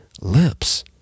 lips